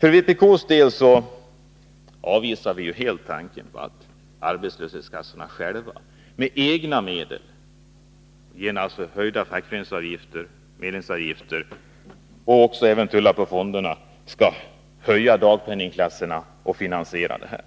För vpk:s del avvisar vi helt tanken på att arbeslöshetskassorna själva, med egna medel — med höjda fackföreningsavgifter och genom att tulla på fonderna — skall finansiera höjda dagpenningklasser. Detta